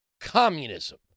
communism